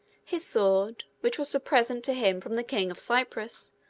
his sword, which was a present to him from the king of cyprus,